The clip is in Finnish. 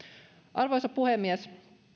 arvoisa puhemies